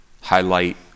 highlight